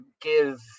give